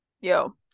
Yo